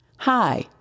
Hi